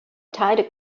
tithe